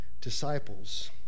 disciples